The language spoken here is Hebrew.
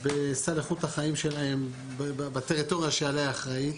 בסל איכות החיים שלהם בטריטוריה שעליה היא אחראית.